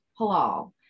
halal